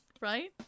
Right